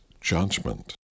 judgment